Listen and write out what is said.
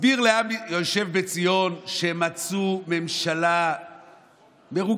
הסביר לעם היושב בציון שהם מצאו ממשלה מרוקנת,